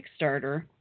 Kickstarter